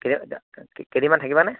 কেইদিনমান থাকিবানে